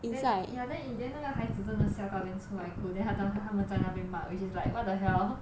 then ya then in the end 那个孩子真的吓到 then 出来哭 then 他他们在那边骂 which is like what the hell